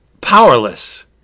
powerless